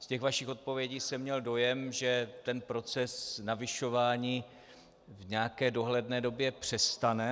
Z těch vašich odpovědí jsem měl dojem, že proces navyšování v nějaké dohledné době přestane.